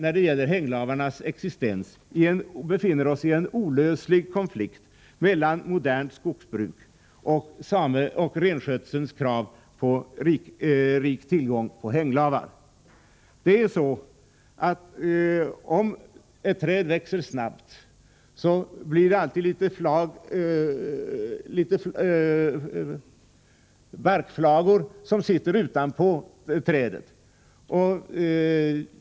När det gäller hänglavarnas existens befinner vi oss i en olöslig konflikt mellan modernt skogsbruk och renskötselns krav på rik tillgång på hänglavar. Om ett träd växer snabbt, blir det alltid litet barkflagor som sitter utanpå trädet.